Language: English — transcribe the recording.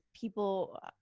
people